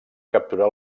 capturar